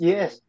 Yes